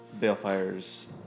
Balefire's